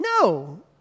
No